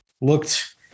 looked –